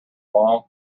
long